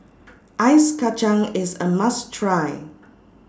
Ice Kacang IS A must Try